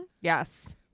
Yes